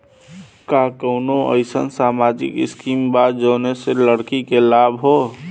का कौनौ अईसन सामाजिक स्किम बा जौने से लड़की के लाभ हो?